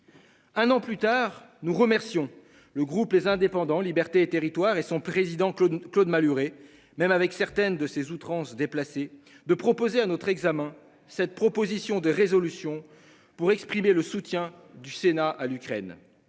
Un an plus tard, nous remercions le groupe les indépendants Libertés et territoires et son président, Claude, Claude Malhuret, même avec certaines de ses outrances déplacé de proposer un autre examen cette proposition de résolution pour exprimer le soutien du Sénat à l'Ukraine,